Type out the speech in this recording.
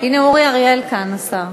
הנה אורי אריאל כאן, השר.